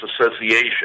Association